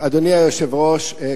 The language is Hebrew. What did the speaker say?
היושב-ראש,